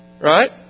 Right